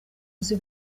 uzi